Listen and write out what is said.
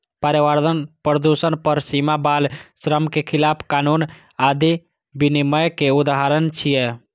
पर्यावरण प्रदूषण पर सीमा, बाल श्रम के खिलाफ कानून आदि विनियम के उदाहरण छियै